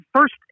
first